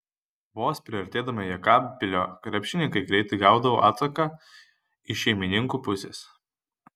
vos priartėdami jekabpilio krepšininkai greitai gaudavo atsaką iš šeimininkų pusės